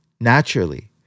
naturally